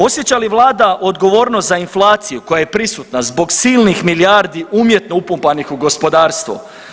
Osjeća li vlada odgovornost za inflaciju koja je prisutna zbog silnih milijardi umjetno upumpanih u gospodarstvo?